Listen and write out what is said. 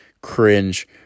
Cringe